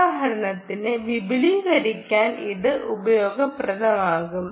ഉദാഹരണത്തിന് വിപുലീകരിക്കാൻ ഇത് ഉപയോഗപ്രദമാകും